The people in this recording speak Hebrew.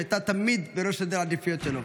שהייתה תמיד בראש סדר העדיפויות שלו.